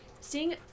seeing